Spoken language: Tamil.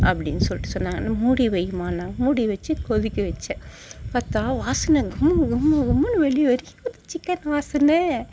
அப்படினு சொல்லிட்டு சொன்னாங்க மூடி வைம்மான்னாங்க மூடி வச்சு கொதிக்க வச்சேன் பார்த்தா வாசனை கமகமகமனு வெளியே வரைக்கும் வந்துடுச்சி சிக்கன் வாசனை